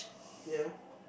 ya